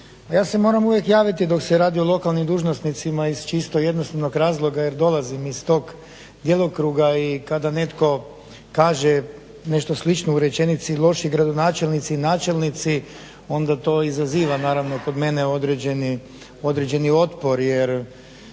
ja se moram uvijek javiti dok se radi o lokalnim dužnosnicima iz čisto jednostavnog razloga jer dolazim iz tog djelokruga i kada netko kaže nešto slično u rečenici loši gradonačelnici i načelnici onda to izaziva naravno kod mene određeni otpor jer